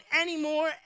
anymore